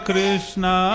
Krishna